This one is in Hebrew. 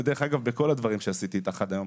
וזה דרך אגב בכל הדברים שעשיתי איתך עד היום.